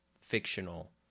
fictional